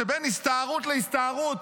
בין הסתערות להסתערות,